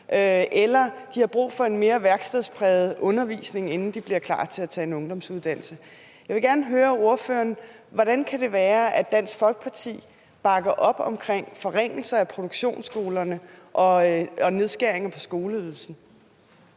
eller de har brug for en mere værkstedspræget undervisning, inden de bliver klar til at tage en ungdomsuddannelse. Jeg vil gerne høre ordføreren: Hvordan kan det være, at Dansk Folkeparti bakker op om forringelser af produktionsskolerne og nedskæringer på skoleydelsen?